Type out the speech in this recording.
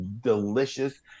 delicious